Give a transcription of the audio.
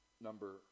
number